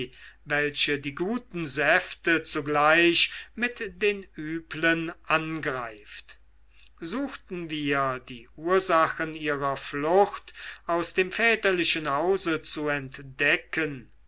welche die guten säfte zugleich mit den üblen angreift suchten wir die ursache ihrer flucht aus dem väterlichen hause zu entdecken